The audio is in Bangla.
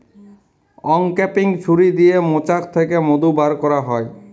অংক্যাপিং ছুরি দিয়ে মোচাক থ্যাকে মধু ব্যার ক্যারা হয়